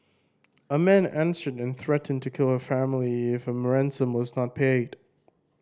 a man answered and threatened to kill her family if a was not paid